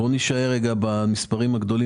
בואו נישאר בינתיים במספרים הגדולים.